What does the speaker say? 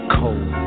cold